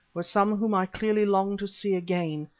were some whom i clearly longed to see again,